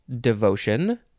devotion